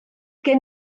gen